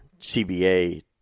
CBA